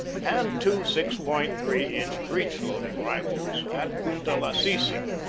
and two six point three inch breech loading rifles at punta lasisi,